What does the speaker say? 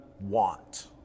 want